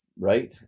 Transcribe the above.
right